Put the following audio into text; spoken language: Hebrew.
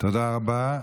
תודה רבה,